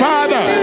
Father